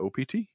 OPT